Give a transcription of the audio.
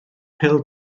pêl